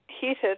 heated